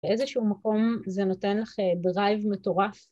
באיזשהו מקום זה נותן לך דרייב מטורף.